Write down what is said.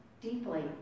deeply